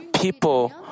people